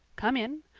come in.